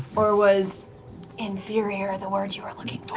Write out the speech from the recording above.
or was inferior the word you were looking